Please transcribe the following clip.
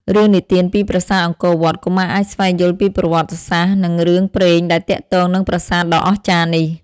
រឿងនិទានពីប្រាសាទអង្គរវត្ត កុមារអាចស្វែងយល់ពីប្រវត្តិសាស្ត្រ និងរឿងព្រេងដែលទាក់ទងនឹងប្រាសាទដ៏អស្ចារ្យនេះ។